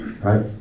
Right